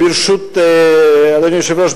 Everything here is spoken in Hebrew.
אדוני היושב-ראש,